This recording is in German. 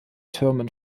türmen